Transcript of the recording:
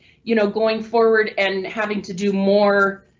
you know going forward and having to do more.